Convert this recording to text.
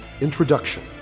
Introduction